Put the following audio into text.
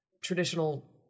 traditional